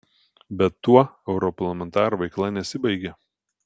bet tuo europarlamentaro veikla nesibaigia